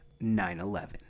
9-11